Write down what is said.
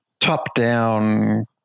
top-down